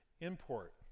import